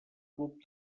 club